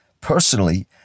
personally